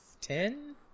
ten